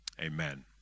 Amen